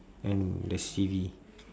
and the C_V